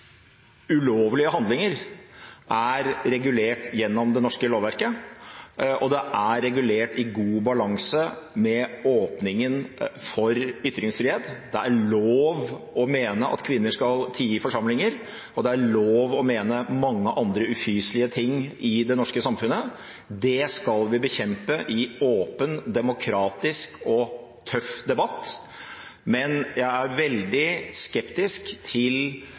ulovlige handlinger er regulert gjennom det norske lovverket, og det er regulert i god balanse med åpningen for ytringsfrihet. Det er lov å mene at kvinner skal tie i forsamlinger, og det er lov å mene mange andre ufyselige ting i det norske samfunnet. Det skal vi bekjempe i en åpen, demokratisk og tøff debatt. Men jeg er veldig skeptisk til